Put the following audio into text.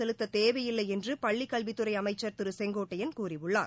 செலுத்த தேவையில்லை என்று பள்ளிக் கல்வித்துறை அமைச்சர் கட்டணம் திரு செங்கோட்டையன் கூறியுள்ளார்